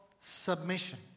submission